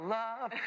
love